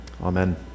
Amen